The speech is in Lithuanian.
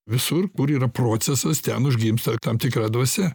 visur kur yra procesas ten užgimsta tam tikra dvasia